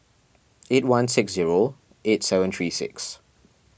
eight one six zero eight seven three six